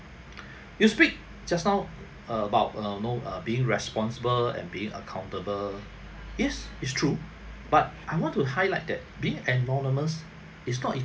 you speak just now about err no err being responsible and being accountable yes is true but I want to highlight that being anonymous it's not